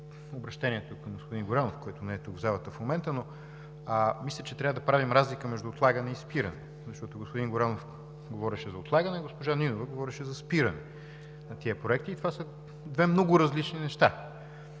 обръщението към господин Горанов, който не е тук, в залата, в момента. Мисля, че трябва да правим разлика между отлагане и спиране, защото господин Горанов говореше за отлагане, госпожа Нинова говореше за спиране на тези проекти. Това са две много различни неща.